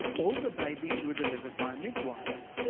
all the babies were delivered by midwives.